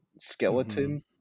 skeleton